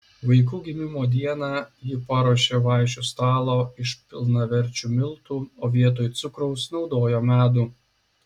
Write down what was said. vaikų gimimo dieną ji paruošė vaišių stalą iš pilnaverčių miltų o vietoj cukraus naudojo medų